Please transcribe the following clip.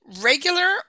Regular